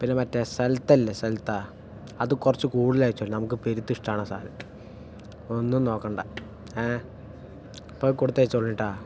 പിന്നെ മറ്റേ സൽത്താ ഇല്ലേ സൽത്താ അത് കുറച്ച് കൂടുതല് വെച്ചോ നമുക്ക് പെരുത്തിഷ്ടാണ് ആ സാധനം ഒന്നും നോക്കണ്ട ഇപ്പോൾ കൊടുത്തയച്ചോളീട്ടാ